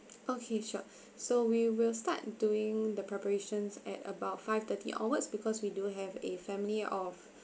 okay sure so we will start doing the preparations at about five thirty onwards because we do have a family of